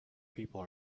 people